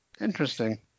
Interesting